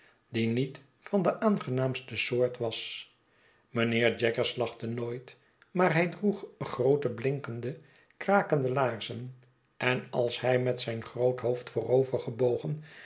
die niet van de aangenaamste soort was mijnheer jaggers lachte nooit maar hij droeg groote blinkende krakende laarzen en als hij met zijn groot hoofd